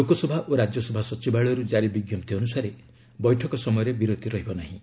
ଲୋକସଭା ଓ ରାଜ୍ୟସଭା ସଚିବାଳୟରୁ ଜାରି ବିଜ୍ଞପ୍ତି ଅନୁସାରେ ବୈଠକ ସମୟରେ ବିରତି ରହିବ ନାହିଁ